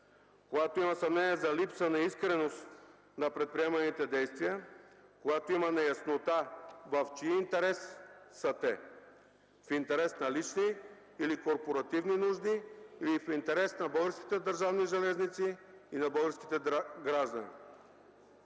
когато има съмнение за липса на искреност на предприеманите действия, когато има неяснота в чий интерес са те – в интерес на лични или корпоративни нужди, или в интерес на Българските държавни железници и на българските граждани.